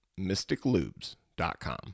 mysticlubes.com